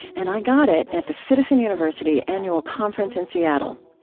and i got it at the citizen university annual conference in seattle.